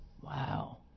Wow